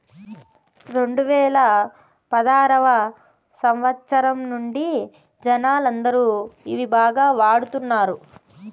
రెండువేల పదారవ సంవచ్చరం నుండి జనాలందరూ ఇవి బాగా వాడుతున్నారు